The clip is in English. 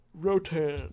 Rotan